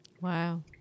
Wow